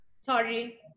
Sorry